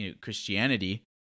Christianity